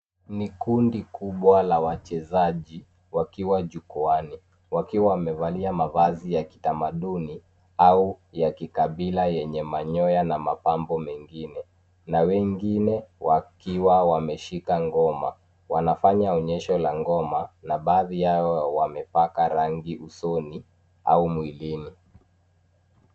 Ni kundi kubwa la wachezaji wakiwa jukwaani wakiwa wamevalia mavazi ya kitamaduni au ya kikabila yenye manyoya na mapambo mengine na wengine wakiwa wameshika ngoma. Wanafanya onyesho la ngoma na baadhi yao wamepaka rangi usoni au mwilini.